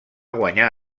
guanyar